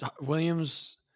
Williams